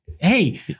Hey